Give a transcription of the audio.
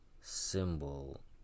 symbol